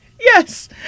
Yes